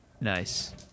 Nice